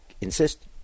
insist